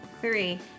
three